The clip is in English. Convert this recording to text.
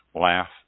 laugh